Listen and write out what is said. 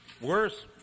Worse